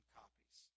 copies